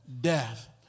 death